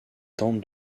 tente